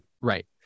Right